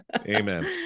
Amen